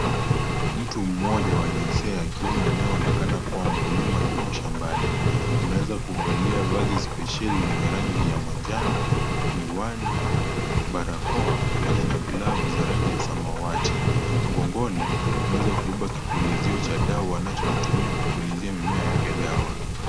Mtu mmoja wa jinsia ya kiume anayeonekana kuwa mkulima yumo shambani. Ameweza kuvalia vazi speseli yenye rangi ya manjano, miwani, barakoa pamoja na glavu za rangi ya samawati. Mgongoni ameweza kubeba kipulizio cha dawa anachokitumia kupulizia mimea yake dawa.